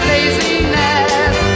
Laziness